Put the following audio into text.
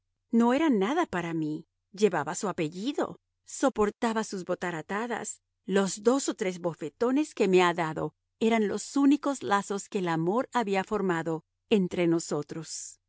no era nada para mí llevaba su apellido soportaba sus botaratadas los dos o tres bofetones que me ha dado eran los únicos lazos que el amor había formado entre nosotros